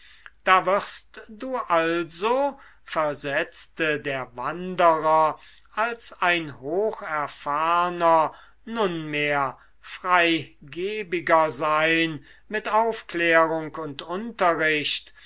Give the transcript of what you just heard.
da wirst du also versetzte der wanderer als ein hocherfahrner nunmehr freigebiger sein mit aufklärung und unterricht